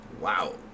wow